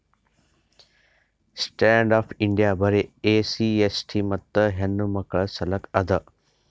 stand up India ಬರೆ SC ST ಮತ್ತ ಹೆಣ್ಣಮಕ್ಕುಳ ಸಲಕ್ ಅದ